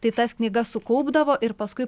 tai tas knygas sukaupdavo ir paskui